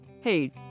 Hey